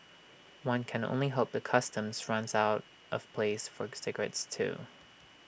one can only hope the customs runs out of place for cigarettes too